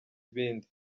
ibindi